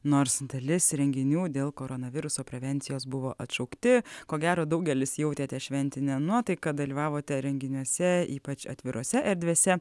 nors dalis renginių dėl koronaviruso prevencijos buvo atšaukti ko gero daugelis jautėte šventinę nuotaiką dalyvavote renginiuose ypač atvirose erdvėse